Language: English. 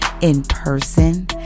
in-person